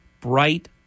bright